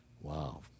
Wow